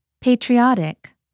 patriotic